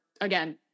again